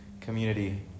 community